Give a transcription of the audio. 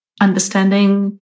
understanding